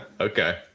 Okay